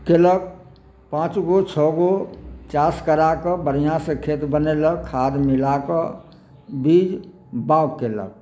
केलक पाँचगो छओगो चास करा कऽ बढ़िऑंसँ खेत बनेलक खाद मिला कऽ बीज बाग केलक